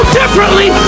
differently